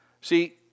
See